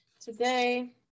today